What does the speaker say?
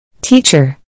Teacher